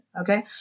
Okay